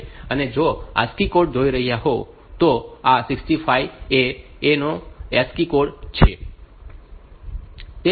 અને જો તમે ASCII કોડ જોઈ રહ્યા હોવ તો હવે આ 65 એ A નો ASCII કોડ છે